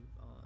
on